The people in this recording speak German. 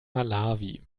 malawi